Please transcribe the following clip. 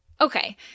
Okay